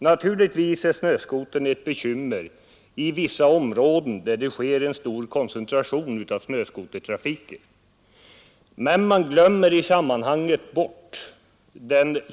Naturligtvis är snöskotern ett bekymmer i vissa områden där koncentrationen av snöskotertrafiken är stor.